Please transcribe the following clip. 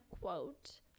quote